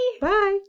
Bye